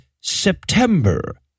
September